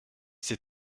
c’est